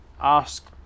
ask